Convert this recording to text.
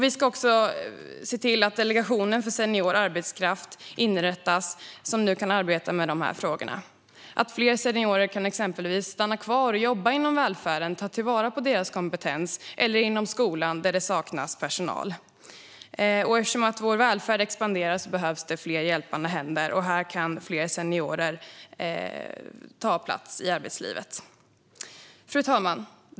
Vi ska även se till att det inrättas en delegation för senior arbetskraft som kan arbeta med dessa frågor, exempelvis att fler seniorer kan stanna kvar och jobba inom välfärden - och att deras kompetens tillvaratas - eller inom skolan, där det saknas personal. Eftersom vår välfärd expanderar behövs det fler hjälpande händer. Här kan fler seniorer ta plats i arbetslivet. Fru talman!